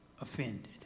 offended